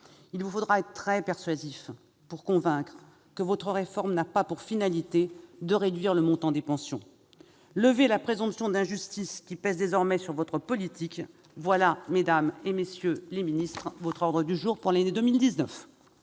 se montrer très persuasif pour convaincre que votre réforme n'a pas pour finalité de réduire le montant des pensions. Lever la présomption d'injustice qui pèse désormais sur votre politique ; voilà, mesdames les ministres, votre ordre du jour pour l'année 2019